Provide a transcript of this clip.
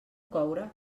coure